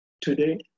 today